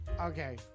Okay